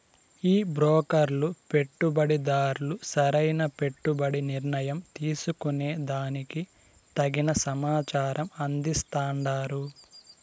ఈ బ్రోకర్లు పెట్టుబడిదార్లు సరైన పెట్టుబడి నిర్ణయం తీసుకునే దానికి తగిన సమాచారం అందిస్తాండారు